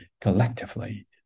Collectively